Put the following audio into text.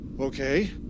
Okay